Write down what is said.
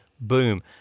boom